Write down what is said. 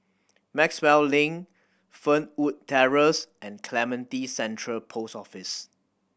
Maxwell Link Fernwood Terrace and Clementi Central Post Office